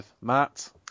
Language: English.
Matt